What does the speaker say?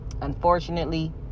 Unfortunately